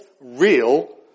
real